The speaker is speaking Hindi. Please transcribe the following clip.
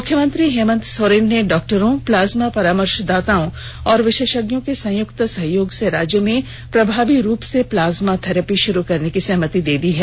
मुख्यमंत्री हेमंत सोरेन ने डॉक्टरों प्लाज़मा परामर्शदाताओं और विशेषज्ञों के संयुक्त सहयोग से राज्य में प्रभावी रूप से प्लाज्मा थेरेपी शुरू करने की सहमति दे दी है